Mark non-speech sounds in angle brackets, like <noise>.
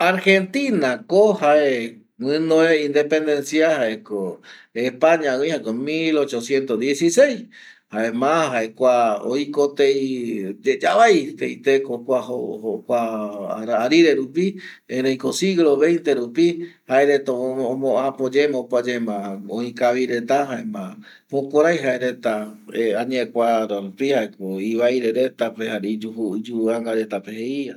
Argentina ko jae guɨnoe independencia jaeko españa gui jaeko mil ochociento diesiseis jaema jae kua oiko tei yavai tei teko kua <hesitation> arire rupi, ereiko siglo veinte rupi jae reta omo omo apo ye opa yema oikavi reta jaema jukurai jae reta <hesitation> añae kua ara rupi jaeko ivaire reta pe, iyuvanga reta pe jeia